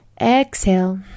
exhale